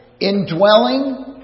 Indwelling